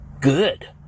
good